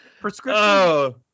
Prescription